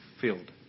filled